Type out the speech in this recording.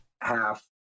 half